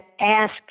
asked